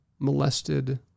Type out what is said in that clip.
molested